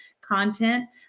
content